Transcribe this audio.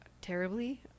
terribly